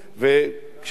וכשאנחנו,